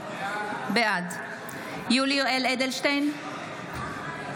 בעד יולי יואל אדלשטיין,